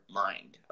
mind